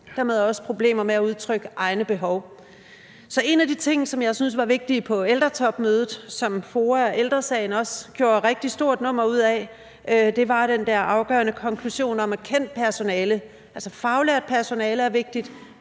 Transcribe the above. dermed også problemer med at udtrykke egne behov. Så en af de ting, som jeg synes var vigtige på ældretopmødet, og som FOA og Ældre Sagen også gjorde et rigtig stort nummer ud af, var den der afgørende konklusion om kendt personale. Altså, faglært personale er vigtigt,